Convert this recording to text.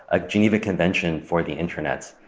a geneva convention for the internet,